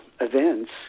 events